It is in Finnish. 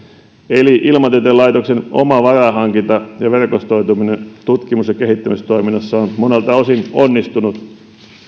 eli ilmatieteen laitoksen oma varainhankinta ja verkostoituminen tutkimus ja kehittämistoiminnassa on monelta osin onnistunut